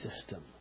system